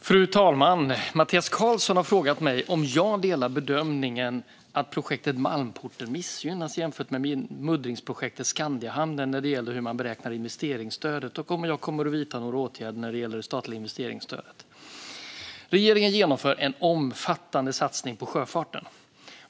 Fru talman! Mattias Karlsson har frågat mig om jag delar bedömningen att projektet Malmporten missgynnas jämfört med muddringsprojektet Skandiahamnen när det gäller hur man beräknar investeringsstödet och om jag kommer att vidta några åtgärder när det gäller det statliga investeringsstödet. Regeringen genomför en omfattande satsning på sjöfarten.